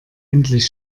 endlich